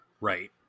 Right